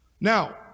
Now